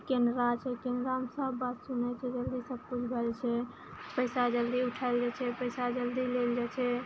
केनरा छै कैनरामे सब बात सुनै छै जल्दी सबकिछु भऽ जाइ छै पैसा जल्दी उठाओल जाइ छै पैसा जल्दी लेल जाइ छै